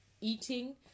eating